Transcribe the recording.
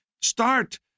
Start